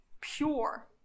pure